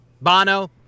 Bono